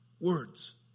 Words